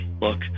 Look